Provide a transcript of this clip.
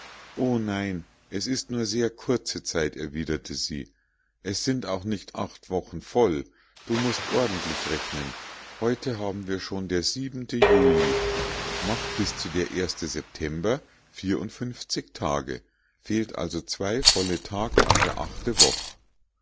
o nein es ist nur sehr kurze zeit erwiderte sie es sind auch nicht acht wochen voll du mußt ordentlich rechnen heute haben wir schon der siebente juli macht bis zu der erste september vierundfünfzig tage fehlt also zwei volle tag an der achte woch